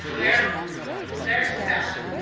there's there's that.